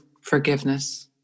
forgiveness